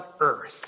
earth